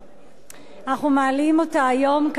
אנחנו מעלים אותה היום כאן במליאה,